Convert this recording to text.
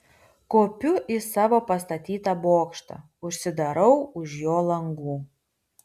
kopiu į savo pastatytą bokštą užsidarau už jo langų